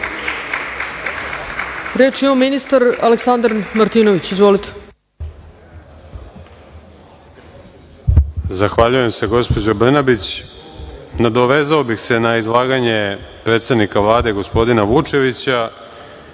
Reč ima ministar Aleksandar Martinović. Izvolite.